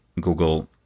Google